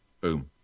Boom